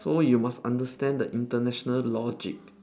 so you must understand the international logic